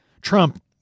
Trump